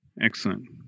Excellent